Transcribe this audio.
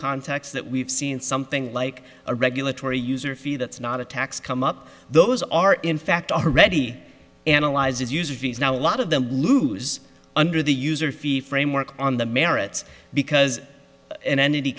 contacts that we've seen something like a regulatory user fee that's not a tax come up those are in fact already analyzes user fees now a lot of them lose under the user fee framework on the merits because an entity